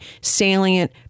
salient